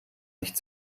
nicht